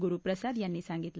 गुरुप्रसाद यांनी सांगितलं